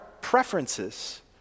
preferences